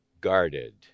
guarded